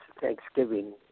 Thanksgiving